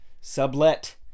sublet